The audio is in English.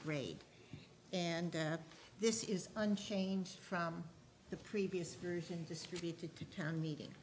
grade and this is unchanged from the previous version distributed to town meeting